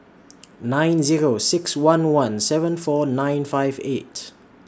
nine Zero six one one seven four nine five eight